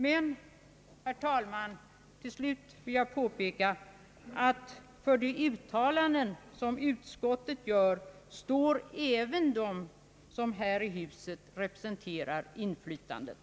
Men, herr talman, jag vill tillägga att för de uttalanden som utskottet gör står även de som här i huset representerar inflytandet.